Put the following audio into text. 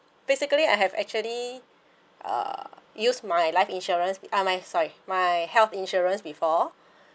basically I have actually uh use my life insurance uh my sorry my health insurance before